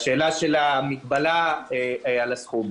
המגבלה על הסכום: